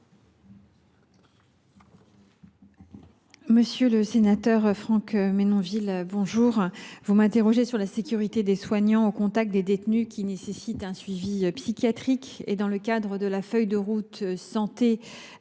Monsieur le sénateur Franck Menonville, vous m’interrogez sur la sécurité des soignants au contact de détenus qui nécessitent un suivi psychiatrique. Dans le cadre de la dernière feuille de route Santé